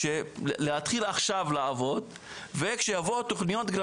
להתחיל עכשיו לעבוד וכשיבואו תוכניות,